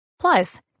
Plus